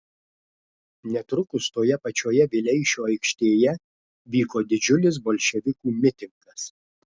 netrukus toje pačioje vileišio aikštėje vyko didžiulis bolševikų mitingas